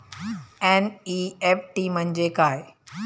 NEFT म्हणजे काय?